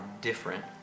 different